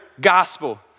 gospel